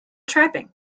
trapping